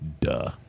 duh